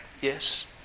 Yes